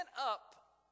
up